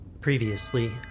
Previously